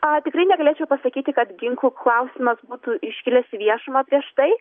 a tikrai negalėčiau pasakyti kad ginklų klausimas būtų iškilęs į viešumą prieš tai